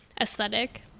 aesthetic